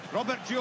Robert